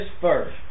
first